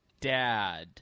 dad